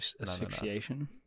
asphyxiation